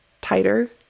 tighter